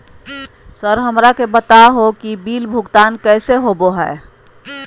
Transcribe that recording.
Sir हमरा के बता हो कि बिल भुगतान कैसे होबो है?